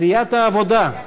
סיעת העבודה,